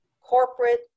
corporate